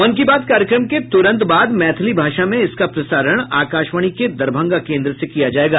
मन की बात कार्यक्रम के तुरंत बाद मैथिली भाषा में इसका प्रसारण आकाशवाणी के दरभंगा केन्द्र से किया जायेगा